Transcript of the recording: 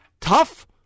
tough